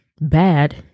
bad